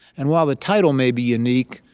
and while the title may be unique,